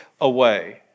away